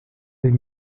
des